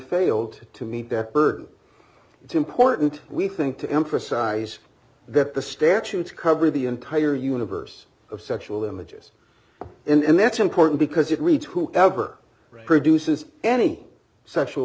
failed to meet that burden it's important we think to emphasize that the statutes cover the entire universe of sexual images and that's important because it reads who ever produces any sexual